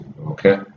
okay